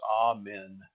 Amen